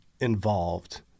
involved